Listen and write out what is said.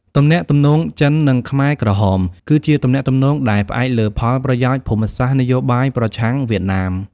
ទំនាក់ទំនងចិន-ខ្មែរក្រហម គឺជាទំនាក់ទំនងដែលផ្អែកលើផលប្រយោជន៍ភូមិសាស្ត្រនយោបាយប្រឆាំងវៀតណាម។